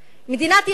מדינת ישראל,